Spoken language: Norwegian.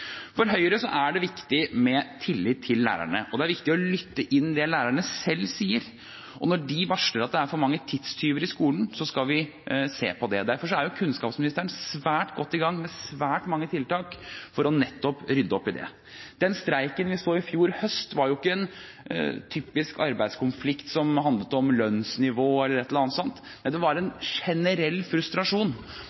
For Høyre er det viktig med tillit til lærerne, og det er viktig å lytte til det lærerne selv sier, og når de varsler at det er for mange tidstyver i skolen, skal vi se på det. Derfor er kunnskapsministeren godt i gang med svært mange tiltak for nettopp å rydde opp i det. Den streiken vi så i fjor høst, var ikke en typisk arbeidskonflikt som handlet om lønnsnivå eller et eller annet slikt, nei, det var en generell frustrasjon